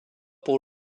pour